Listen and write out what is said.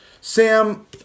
Sam